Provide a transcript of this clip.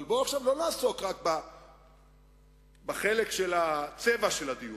בואו עכשיו לא נעסוק רק בחלק של הצבע של הדיון,